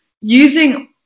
Using